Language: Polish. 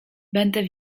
będę